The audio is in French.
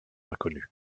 inconnu